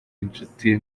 inshuti